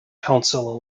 council